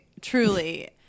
truly